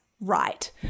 right